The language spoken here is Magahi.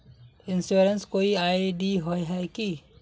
इंश्योरेंस कोई आई.डी होय है की?